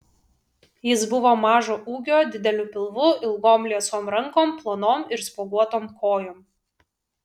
jis buvo mažo ūgio dideliu pilvu ilgom liesom rankom plonom ir spuoguotom kojom